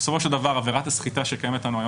בסופו של דבר עבירת הסחיטה שקיימת לנו היום